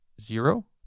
zero